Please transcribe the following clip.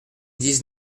dix